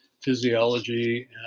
physiology